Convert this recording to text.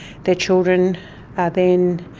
their children are then